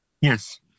Yes